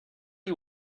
you